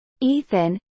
Ethan